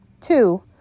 Two